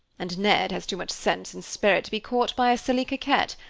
and ned has too much sense and spirit to be caught by a silly coquette.